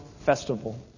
festival